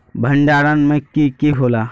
भण्डारण में की की होला?